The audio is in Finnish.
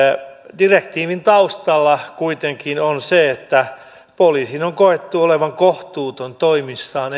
direktiivin taustalla kuitenkin on se että poliisin on koettu olevan kohtuuton toimissaan